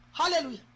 Hallelujah